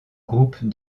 groupe